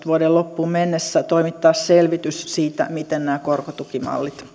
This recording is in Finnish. vuoden kaksituhattakahdeksantoista loppuun mennessä toimittaa selvitys siitä miten nämä korkotukimallit